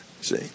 See